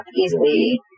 easily